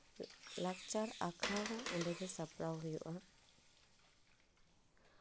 ᱞᱟᱠᱪᱟᱨ ᱟᱠᱷᱲᱟ ᱦᱚᱸ ᱚᱰᱮᱜᱮ ᱥᱟᱯᱲᱟᱣ ᱦᱩᱭᱩᱜᱼᱟ